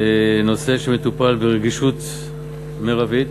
נושא שמטופל ברגישות מרבית.